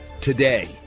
today